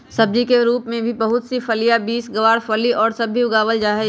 सब्जी के रूप में भी बहुत से फलियां, बींस, गवारफली और सब भी उगावल जाहई